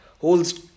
holds